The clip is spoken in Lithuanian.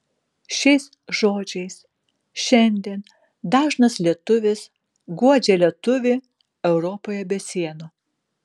šiais žodžiais šiandien dažnas lietuvis guodžia lietuvį europoje be sienų